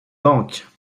banques